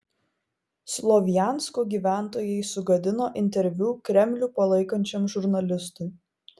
slovjansko gyventojai sugadino interviu kremlių palaikančiam žurnalistui